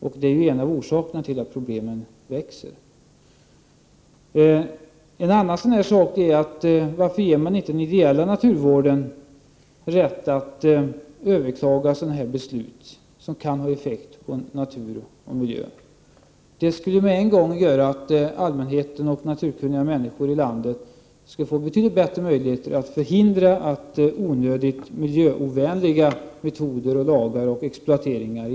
Det är för övrigt en av orsakerna till att problemen bara växer. Varför ger man inte den ideella naturvården rätt att överklaga beslut som kan få effekt på natur och miljö? Det skulle med en gång medföra att allmänheten och naturkunniga människor i landet skulle få betydligt bättre möjligheter när det gäller att förhindra onödigt miljöovänliga metoder, lagar och exploateringar.